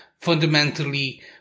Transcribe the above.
fundamentally